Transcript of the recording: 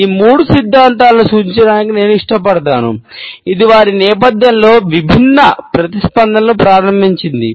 ఈ మూడు సిద్ధాంతాలను సూచించడానికి నేను ఇష్టపడతాను ఇది వారి నేపథ్యంలో విభిన్న ప్రతిస్పందనలను ప్రారంభించింది